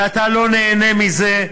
ואתה לא נהנה מזה.